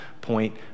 point